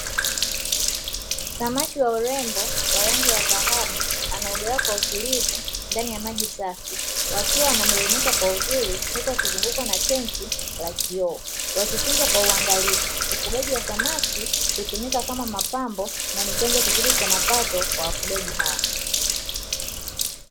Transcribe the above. Samaki wa urembo wa rangi ya dhahabu anaogelea kwa utulivu ndani ya maji safi wakiwa wana meremeta kwa uzuri huku wakizungukwa na tenki la kioo, wakitunzwa kwa uangalifu, ufugaji wa samaki hutumika kama mapambo na ni chanzo kizuri cha mapato kwa wafugaji hao.